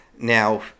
Now